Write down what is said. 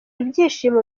ibyishimo